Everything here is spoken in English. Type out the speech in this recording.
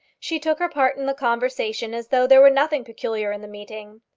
she took her part in the conversation as though there were nothing peculiar in the meeting.